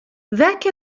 ذاك